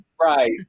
Right